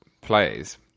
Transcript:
plays